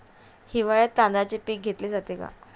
हिवाळ्यात तांदळाचे पीक घेतले जाते का?